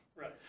right